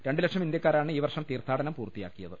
രണ്ട് ലക്ഷം ഇന്ത്യക്കാരാണ് ഈ വർഷം തീർത്ഥാടനം പൂർത്തിയാക്കിയത്